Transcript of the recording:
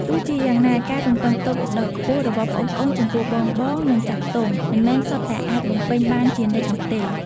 ទោះជាយ៉ាងណា ការរំពឹងទុកដ៏ខ្ពស់របស់ប្អូនៗចំពោះបងៗ និងចាស់ទុំ មិនមែនសុទ្ធតែអាចបំពេញបានជានិច្ចនោះទេ។